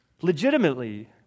legitimately